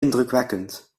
indrukwekkend